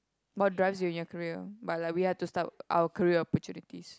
more drives in your career but like we are to start our career opportunities